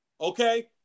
Okay